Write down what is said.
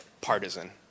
partisan